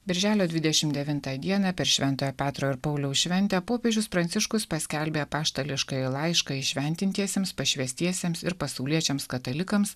birželio dvidešimt devintą dieną per šventojo petro ir pauliaus šventę popiežius pranciškus paskelbė apaštališkąjį laišką įšventintiesiems pašvęstiesiems ir pasauliečiams katalikams